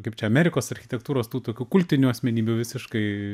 kaip čia amerikos architektūros tų tokių kultinių asmenybių visiškai